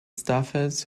staffers